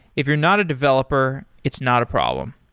if you're not a developer, it's not a problem.